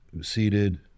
seated